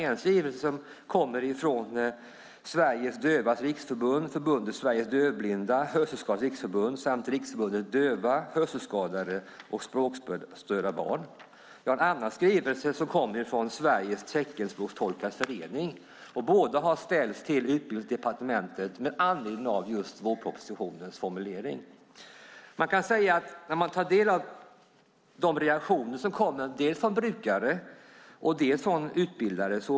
En skrivelse kommer från Sveriges Dövas Riksförbund, Förbundet Sveriges Dövblinda, Hörselskadades Riksförbund samt Riksförbundet för döva, hörselskadade och språkstörda barn. En annan skrivelse kommer från Sveriges teckenspråkstolkars förening. Båda skrivelserna har ställts till Utbildningsdepartementet med anledning av formuleringen i vårpropositionen. Reaktionerna kommer dels från brukare, dels från utbildare.